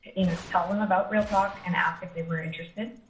you know, tell them about real talk and ask if they were interested.